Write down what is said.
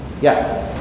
Yes